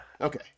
Okay